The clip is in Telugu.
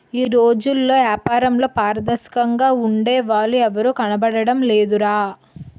ఈ రోజుల్లో ఏపారంలో పారదర్శకంగా ఉండే వాళ్ళు ఎవరూ కనబడడం లేదురా